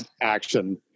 action